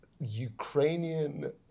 Ukrainian